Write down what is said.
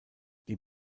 die